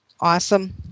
Awesome